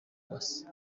uwase